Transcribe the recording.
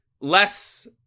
less